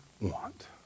want